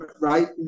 right